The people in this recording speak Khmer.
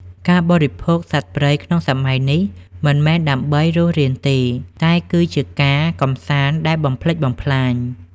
ការបរិភោគសត្វព្រៃក្នុងសម័យនេះ មិនមែនដើម្បីរស់រានទេ តែគឺជា "ការកម្សាន្តដែលបំផ្លិចបំផ្លាញ"។